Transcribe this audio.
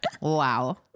wow